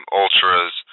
ultras